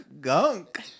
gunk